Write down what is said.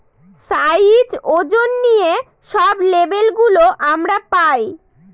size, ওজন নিয়ে সব লেবেল গুলো আমরা পায়